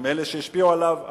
עם אלה שהשפיעו עליו,